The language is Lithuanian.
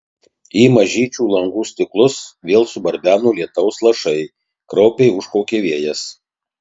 į mažyčių langų stiklus vėl subarbeno lietaus lašai kraupiai užkaukė vėjas